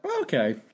Okay